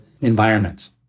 environments